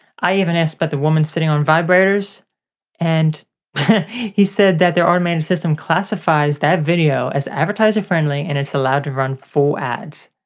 i even asked about but the women sitting on vibrators and he said that their automated system classifies that video as advertiser friend like and it's allowed to run full ads.